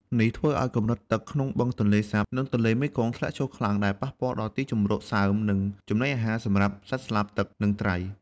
នេះធ្វើឱ្យកម្រិតទឹកក្នុងបឹងទន្លេសាប និងទន្លេមេគង្គធ្លាក់ចុះខ្លាំង ដែលប៉ះពាល់ដល់ទីជម្រកសើម និងចំណីអាហារសម្រាប់សត្វស្លាបទឹក និងត្រី។